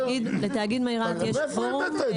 לתאגיד מי רהט יש קוורום,